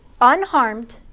unharmed